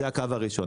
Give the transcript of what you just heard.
זה הקו הראשון.